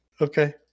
Okay